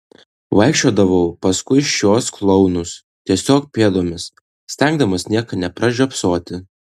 vaikščiodavau paskui šiuos klounus tiesiog pėdomis stengdamasis nieko nepražiopsoti